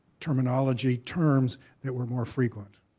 terminology terms that were more frequent?